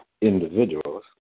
individuals